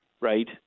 right